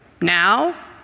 Now